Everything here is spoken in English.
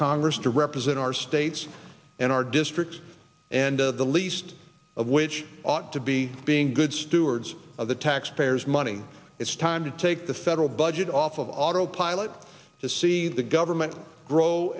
congress to represent our states and our districts and the least of which ought to be being good stewards of the taxpayers money it's time to take the federal budget off of autopilot to see the government grow